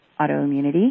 autoimmunity